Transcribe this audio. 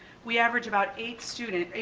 we average about eight students,